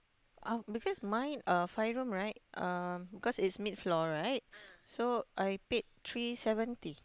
uh because mine uh five room right um because it's mid floor right so I paid three seventy